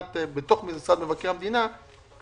בתוך משרד מבקר המדינה,